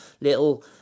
little